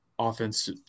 offense